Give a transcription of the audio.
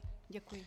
Děkuji.